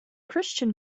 christian